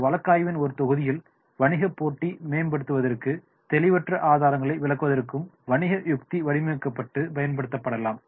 இந்த வழக்காய்வின் ஒரு தொகுதியில் வணிக போட்டி மேன்படுவதற்கும் தெளிவற்ற ஆதாரங்களை விளக்குவதற்கும் வணிக யுக்தி வடிவமைக்கப்பட்டு பயன்படுத்தப்படலாம்